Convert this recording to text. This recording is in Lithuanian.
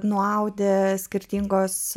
nuaudė skirtingos